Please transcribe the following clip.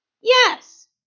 Yes